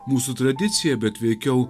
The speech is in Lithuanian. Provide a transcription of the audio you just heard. mūsų tradicija bet veikiau